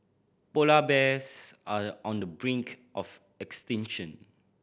polar bears are on the brink of extinction